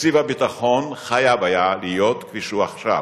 תקציב הביטחון חייב היה להיות, כפי שהוא עכשיו,